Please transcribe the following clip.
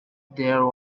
there